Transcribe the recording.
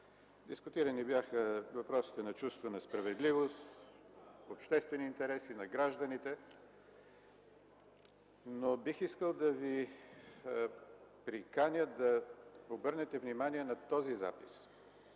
Дискутирани бяха въпросите за чувството на справедливост, обществения интерес и този на гражданите. Но бих искал да Ви приканя да обърнете внимание на този запис,